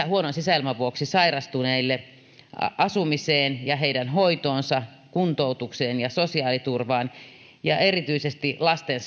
huonon sisäilman vuoksi sairastuneille asumiseen hoitoon kuntoutukseen ja sosiaaliturvaan ja erityisesti lasten